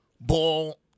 ball